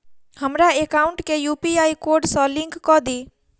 हमरा एकाउंट केँ UPI code सअ लिंक कऽ दिऽ?